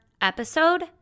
episode